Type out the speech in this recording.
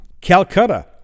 Calcutta